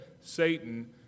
Satan